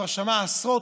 כבר שמע עשרות,